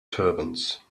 turbans